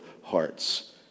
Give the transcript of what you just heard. hearts